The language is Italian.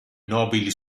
nobili